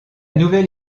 nouvelle